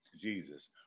Jesus